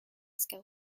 skill